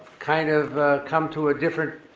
kind of come to a different